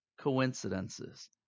coincidences